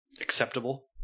acceptable